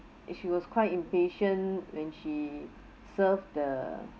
and she was quite impatient when she serve the